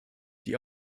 die